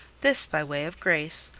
this by way of grace,